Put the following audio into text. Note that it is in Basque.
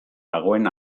dagoen